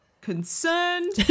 concerned